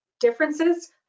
differences